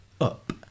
up